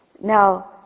Now